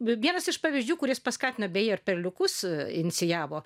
vienas iš pavyzdžių kuris paskatino bei ar perliukus inicijavo